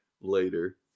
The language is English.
later